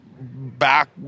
back